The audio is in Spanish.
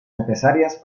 necesarias